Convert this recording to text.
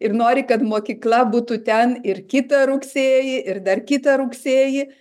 ir nori kad mokykla būtų ten ir kitą rugsėjį ir dar kitą rugsėjį